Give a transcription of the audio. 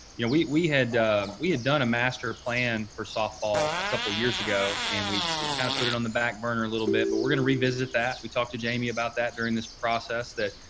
you know, we we had we had done a master plan for softball a couple of years ago, and we we kind of put it on the back burner a little bit. but we're going to revisit that. we talked to jamie about that during this process that,